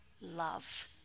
Love